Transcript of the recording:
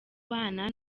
bana